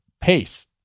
pace